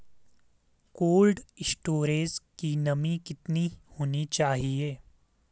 Cold storage की नमी कितनी होनी चाहिए?